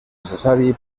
necessari